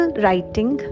writing